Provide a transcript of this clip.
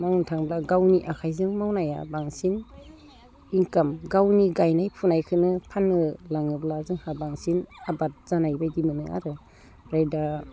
मावनो थाङोब्ला गावनि आखाइजों मावनाया बांसिन इन्काम गावनि गायनाय फुनायखोनो फाननो लाङोब्ला जोंहा बांसिन आबाद जानायबायदि मोनो आरो ओमफ्राय दा